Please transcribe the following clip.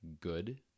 good